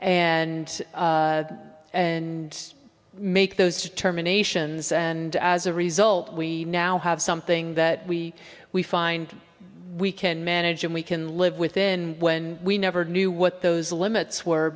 and and make those determinations and as a result we now have something that we we find we can manage and we can live within when we never knew what those limits were